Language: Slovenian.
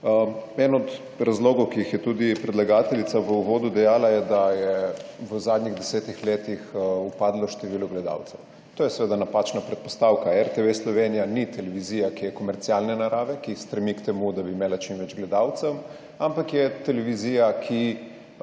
Eden od razlogov, ki jih je tudi predlagateljica v uvodu navedla je, da je v zadnjih desetih letih upadlo število gledalcev. To je seveda napačna predpostavka. RTV Slovenija ni televizija, ki je komercialne narave, ki stremi k temu, da bi imela čim več gledalcev, ampak je televizija, ki